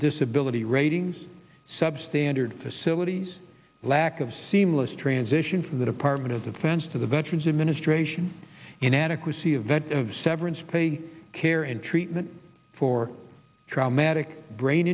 disability ratings sub standard facilities lack of seamless transition from the department of defense to the veterans administration inadequacy event of severance pay care and treatment for traumatic brain